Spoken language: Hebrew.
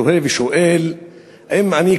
אני תוהה ושואל אם אני,